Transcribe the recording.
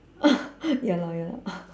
ya lor ya lor